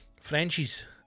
frenchies